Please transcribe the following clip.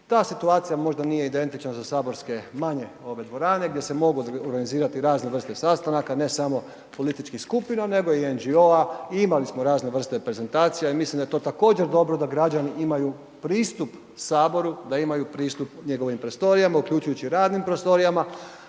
Ta situacija možda nije identična za saborske manje ove dvorane gdje se mogu organizirati razne vrste sastanaka, ne samo političkih skupina, nego i NGO-a i imali smo razne vrste prezentacija i mislim da je to također dobro da građani imaju pristup HS, da imaju pristup njegovim prostorijama, uključujući i radnim prostorijama,